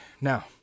now